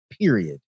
period